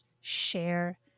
share